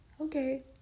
okay